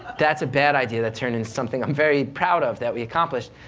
that's a bad idea that turned into something i'm very proud of, that we accomplished.